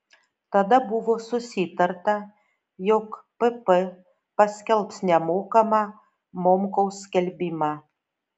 tada buvo susitarta jog pp paskelbs nemokamą momkaus skelbimą